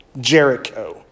Jericho